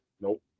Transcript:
Nope